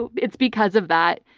but it's because of that.